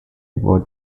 wore